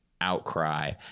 outcry